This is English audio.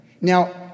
Now